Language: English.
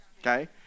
okay